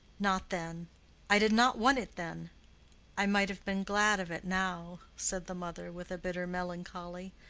not then i did not want it then i might have been glad of it now, said the mother, with a bitter melancholy,